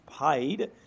paid